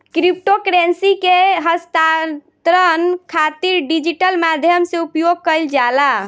crypto currency के हस्तांतरण खातिर डिजिटल माध्यम से उपयोग कईल जाला